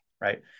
right